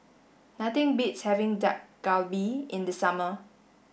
nothing beats having Dak Galbi in the summer